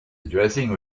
addressing